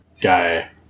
guy